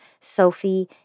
Sophie